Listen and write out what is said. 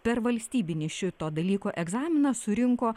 per valstybinį šito dalyko egzaminą surinko